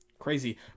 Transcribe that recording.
crazy